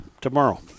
tomorrow